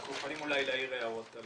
ואנחנו יכולים אולי להעיר הערות על